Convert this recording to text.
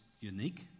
unique